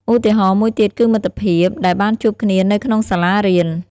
ឧទាហរណ៍មួយទៀតគឺមិត្តភក្តិដែលបានជួបគ្នានៅក្នុងសាលារៀន។